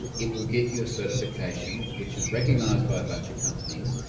it will get you a certification which is recognized by a bunch of companies.